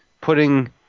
putting